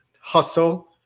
hustle